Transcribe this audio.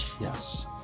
Yes